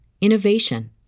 innovation